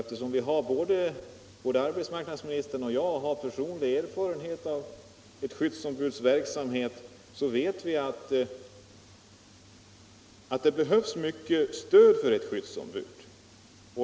Eftersom både arbetsmarknadsministern och jag har personlig erfarenhet av ett skyddsombuds verksamhet, vet vi att det behövs mycket stöd för ett skyddsombud.